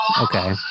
Okay